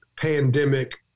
pandemic